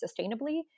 sustainably